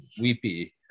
weepy